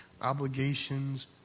obligations